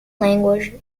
language